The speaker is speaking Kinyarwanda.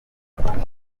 ubwicanyi